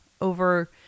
over